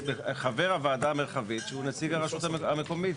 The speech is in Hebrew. חבר הוועדה המרחבית שהוא נציג הרשות המקומית.